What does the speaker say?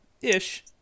Ish